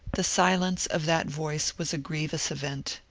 the silence of that voice was a grievous event.